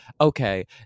okay